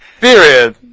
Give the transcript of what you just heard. Period